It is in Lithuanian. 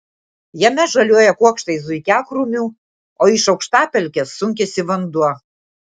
jame žaliuoja kuokštai zuikiakrūmių o iš aukštapelkės sunkiasi vanduo